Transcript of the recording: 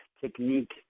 technique